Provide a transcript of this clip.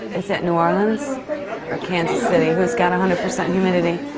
is it new orleans or kansas city? whose got a hundred percent humidity?